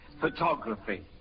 Photography